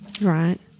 Right